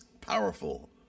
Powerful